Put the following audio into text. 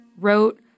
wrote